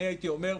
אני הייתי אומר,